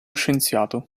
scienziato